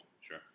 Sure